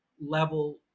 level